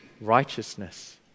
righteousness